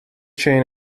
chain